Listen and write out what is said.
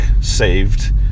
saved